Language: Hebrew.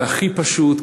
והכי פשוט,